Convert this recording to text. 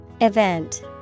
Event